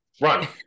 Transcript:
run